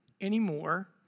anymore